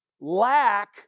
lack